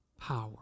power